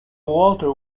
walter